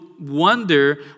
wonder